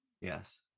Yes